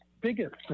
biggest